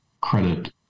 credit